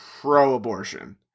pro-abortion